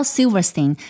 Silverstein，